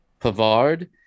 Pavard –